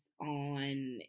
on